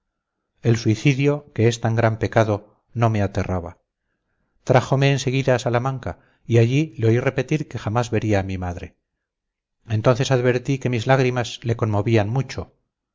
el suicidio que es tan gran pecado no me aterraba trájome en seguida a salamanca y allí le oí repetir que jamás vería a mi madre entonces advertí que mis lágrimas le conmovían mucho